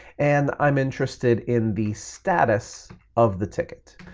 and i'm interested in the status of the ticket.